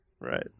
Right